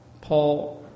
Paul